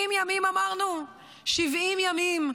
70 ימים אמרנו?